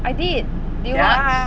I did you never watch